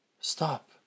stop